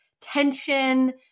tension